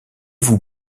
vous